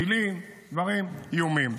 טילים, דברים, איומים.